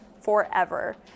forever